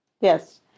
Yes